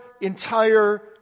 entire